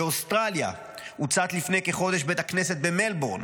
באוסטרליה הוצת לפני כחודש בית הכנסת במלבורן